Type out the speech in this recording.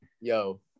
Yo